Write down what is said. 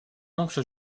oncle